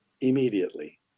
immediately